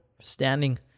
standing